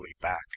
back